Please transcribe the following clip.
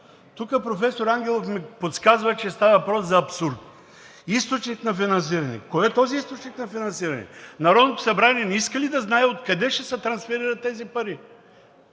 Тук професор Ангелов ми подсказва, че става въпрос за абсурд. „Източник на финансиране“, кой е този източник на финансиране? Народното събрание не иска ли да знае откъде ще се трансферират тези пари?